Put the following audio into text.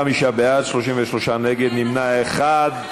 45 בעד, 33 נגד, נמנע אחד.